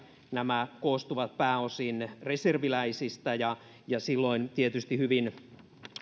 nämä koostuvat pääosin reserviläisistä ja ja silloin tietysti hyvin